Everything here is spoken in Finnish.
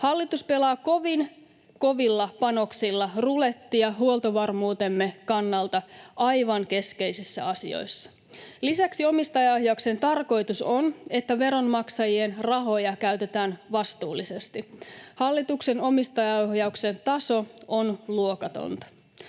Hallitus pelaa kovin kovilla panoksilla rulettia huoltovarmuutemme kannalta aivan keskeisissä asioissa. Lisäksi omistajaohjauksen tarkoitus on, että veronmaksajien rahoja käytetään vastuullisesti. Hallituksen omistajaohjauksen laatu on luokatonta.